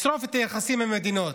לשרוף את היחסים עם המדינות,